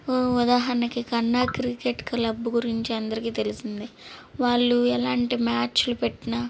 ఉదాహరణకి కన్నా cricket club గురించి అందరికీ తెలిసిందే వాళ్ళు ఎలాంటి మ్యాచ్లు పెట్టినా